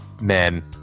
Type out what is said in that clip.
men